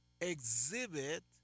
exhibit